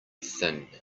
thin